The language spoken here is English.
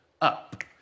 up